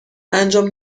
انجام